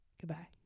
goodbye